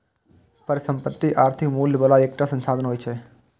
परिसंपत्ति आर्थिक मूल्य बला एकटा संसाधन होइ छै